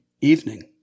evening